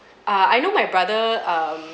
err I know my brother um